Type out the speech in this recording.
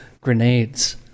grenades